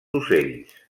ocells